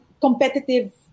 competitive